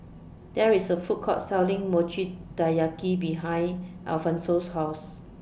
There IS A Food Court Selling Mochi Taiyaki behind Alphonso's House